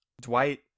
Dwight